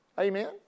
Amen